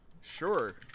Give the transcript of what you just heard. Sure